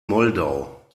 moldau